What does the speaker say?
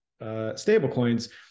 stablecoins